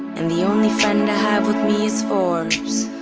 and the only friend i have with me is forbes.